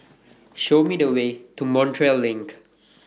Show Me The Way to Montreal LINK